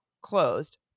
closed